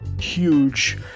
huge